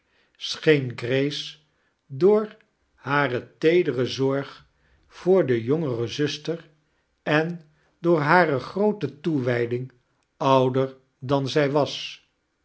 scheen grace door hare teedere zorg voor d jongere zuster en door hare groote toewijding ouder dan zij was